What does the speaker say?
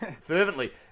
fervently